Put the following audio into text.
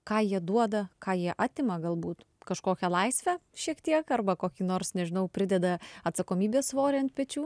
ką jie duoda ką jie atima galbūt kažkokią laisvę šiek tiek arba kokį nors nežinau prideda atsakomybės svorį ant pečių